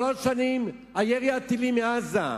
שלוש שנים ירי הטילים מעזה,